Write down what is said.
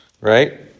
right